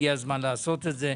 הגיע הזמן לעשות את זה.